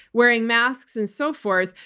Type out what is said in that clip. wearing masks and so forth,